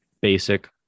basic